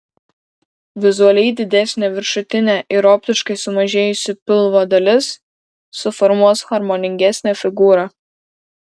vizualiai didesnė viršutinė ir optiškai sumažėjusi pilvo dalis suformuos harmoningesnę figūrą